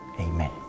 Amen